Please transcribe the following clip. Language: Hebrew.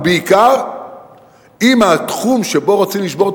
ובעיקר אם התחום שבו רוצים לשבור את